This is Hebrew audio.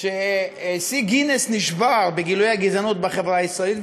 שיא גינס נשבר בגילויי הגזענות בחברה הישראלית.